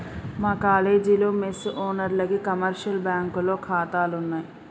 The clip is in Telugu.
మా కాలేజీలో మెస్ ఓనర్లకి కమర్షియల్ బ్యాంకులో ఖాతాలున్నయ్